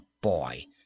boy